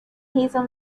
hazel